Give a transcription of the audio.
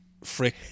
Frick